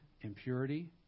impurity